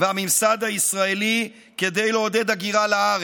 והממסד הישראלי כדי לעודד הגירה לארץ.